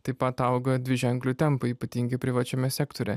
taip pat auga dviženkliu tempu ypatingai privačiame sektoriuje